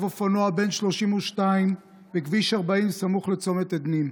אופנוע בן 32 בכביש 40 סמוך לצומת עדנים.